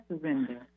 surrender